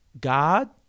God